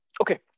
okay